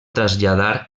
traslladar